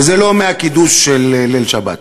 וזה לא מהקידוש של ליל שבת.